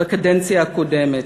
בקדנציה הקודמת.